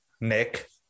Nick